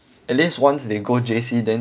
at least once they go J_C then